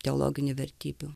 teologinių vertybių